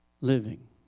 living